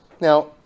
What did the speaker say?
Now